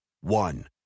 One